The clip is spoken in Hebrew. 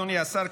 אדוני השר,